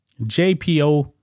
JPO